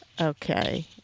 Okay